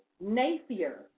Napier